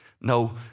no